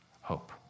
hope